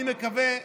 אני מקווה,